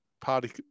party